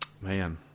Man